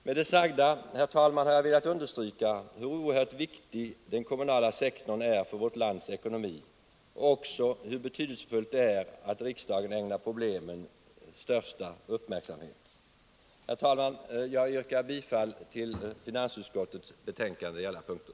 Med det sagda har jag velat understryka hur oerhört viktig den kommunala sektorn är för vårt lands ekonomi och också hur betydelsefullt det är att riksdagen ägnar problemen största uppmärksamhet. Herr talman! Jag yrkar bifall till finansutskottets hemställan på alla punkter.